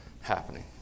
happening